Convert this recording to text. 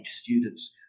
students